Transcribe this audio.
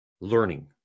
learning